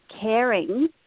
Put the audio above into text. caring